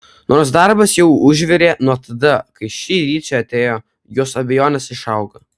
nors darbas jau užvirė nuo tada kai šįryt čia atėjo jos abejonės išaugo